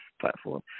platform